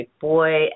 boy